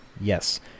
Yes